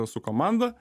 su komanda